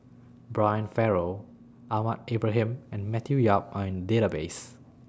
Brian Farrell Ahmad Ibrahim and Matthew Yap Are in Database